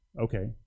Okay